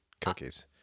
cookies